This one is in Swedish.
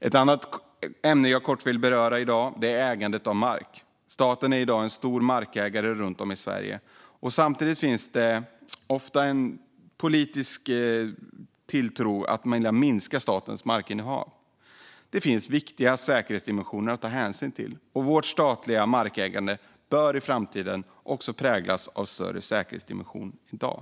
Ett annat ämne jag kort vill beröra är ägandet av mark. Staten är i dag en stor markägare runt om i Sverige. Samtidigt finns det ofta en politisk vilja och tilltro till att minska statens markinnehav. Här finns det viktiga säkerhetsdimensioner att ta hänsyn till. Vårt statliga markägande bör i framtiden präglas av en större säkerhetsdimension än i dag.